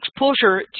exposure